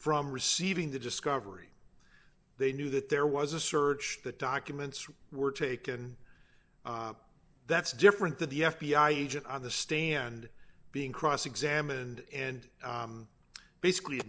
from receiving the discovery they knew that there was a search that documents were taken that's different that the f b i agent on the stand being cross examined and basically